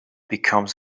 becomes